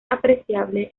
apreciable